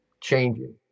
changing